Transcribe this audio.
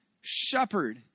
shepherd